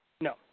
No